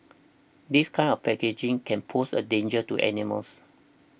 this kind of packaging can pose a danger to animals